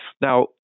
Now